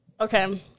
Okay